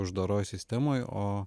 uždaroj sistemoj o